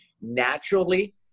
naturally